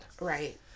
Right